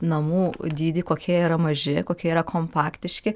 namų dydį kokie yra maži kokie yra kompaktiški